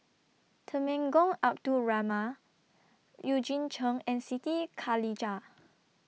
Temenggong Abdul Rahman Eugene Chen and Siti Khalijah